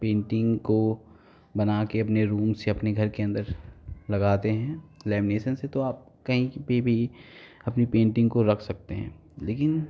painting को बनाके के अपने रूम्स या अपने घर के अंदर लगाते हैं लैमीनेसन से तो आप कहीं पे भी अपनी पेन्टिंग को रख सकते हैं लेकिन